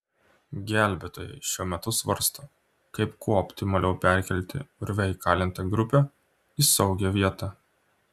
gelbėtojai šiuo metu svarsto kaip kuo optimaliau perkelti urve įkalintą grupę į saugią vietą